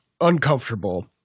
uncomfortable